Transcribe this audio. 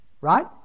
right